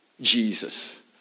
Jesus